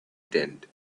tent